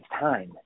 time